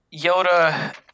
Yoda